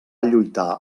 lluitar